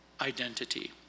identity